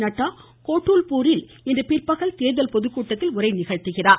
நட்டா கோட்டுல்பூரில் இன்று பிற்பகல் தேர்தல் பொதுக்கூட்டத்தில் உரையாற்றுகிறார்